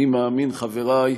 אני מאמין, חברי,